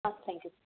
ஆ thank you